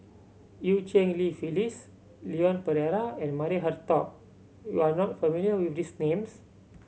Eu Cheng Li Phyllis Leon Perera and Maria Hertogh you are not familiar with these names